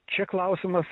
čia klausimas